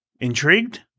intrigued